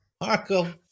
Marco